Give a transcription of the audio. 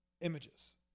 images